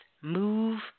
move